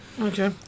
Okay